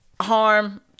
harm